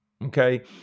Okay